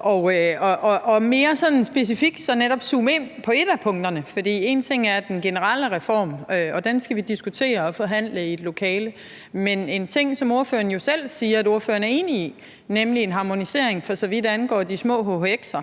og mere sådan specifikt netop zoome ind på et af punkterne. For en ting er den generelle reform – og den skal vi diskutere og forhandle i et lokale – men en anden ting, som ordføreren jo selv siger at ordføreren er enig i, er nemlig en harmonisering, for så vidt angår de små hhx'er. Og